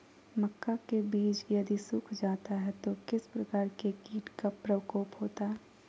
मक्का के बिज यदि सुख जाता है तो किस प्रकार के कीट का प्रकोप होता है?